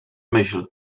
myśl